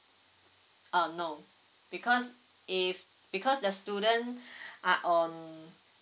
uh no because if because the student are on